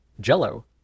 Jello